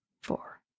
four